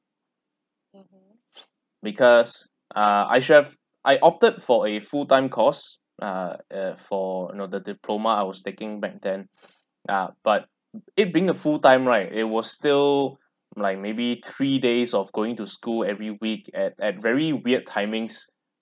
because uh I should have I opted for a full time course uh uh for you know the diploma I was taking back then ah but it being a full time right it was still like maybe three days of going to school every week at at very weird timings